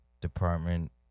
department